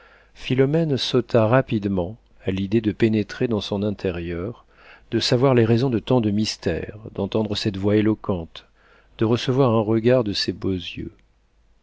philomène sauta rapidement à l'idée de pénétrer dans son intérieur de savoir les raisons de tant de mystère d'entendre cette voix éloquente de recevoir un regard de ces beaux yeux